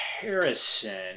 Harrison